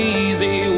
easy